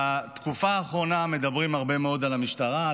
בתקופה האחרונה מדברים הרבה מאד על המשטרה,